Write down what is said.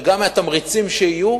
וגם מהתמריצים שיהיו,